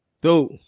Dude